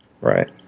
right